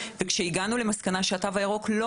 יחד עם מבצע החיסונים והפעלת התו הירוק על